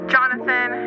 Jonathan